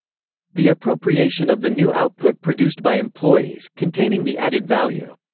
the appropriation of the new output produced by employees, containing the added value.